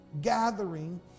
gathering